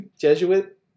Jesuit